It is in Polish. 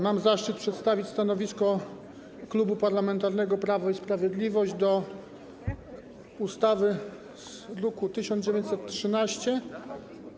Mam zaszczyt przedstawić stanowisko Klubu Parlamentarnego Prawo i Sprawiedliwość wobec ustawy z druku nr 1913.